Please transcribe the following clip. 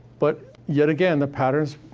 but, yet again, the patterns,